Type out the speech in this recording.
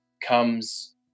comes